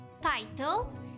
title